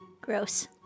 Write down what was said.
Gross